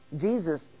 Jesus